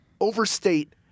overstate